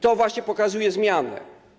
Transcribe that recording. To właśnie pokazuje zmianę.